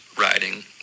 riding